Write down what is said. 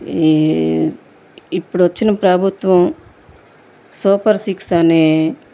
ఈ ఇప్పుడు వచ్చిన ప్రభుత్వం సూపర్ సిక్స్ అనీ